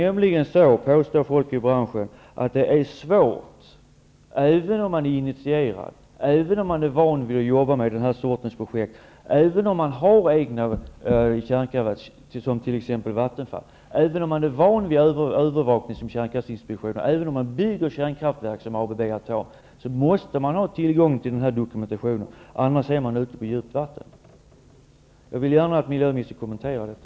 Folk i branschen påstår att även om man är initierad och van vid att arbeta med den här sortens projekt, även om man har egna kärnkraftverk, som t.ex. Vattenfall, även om man är van vid övervakning, som kärnkraftinspektionen, även om man bygger kärnkraftverk, som ABB Atom, måste man ha tillgång till dokumentationen -- annars är man ute på djupt vatten. Jag vill gärna att miljöministern kommenterar detta.